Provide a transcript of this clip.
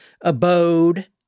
abode